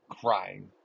crying